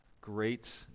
Great